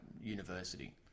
University